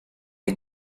les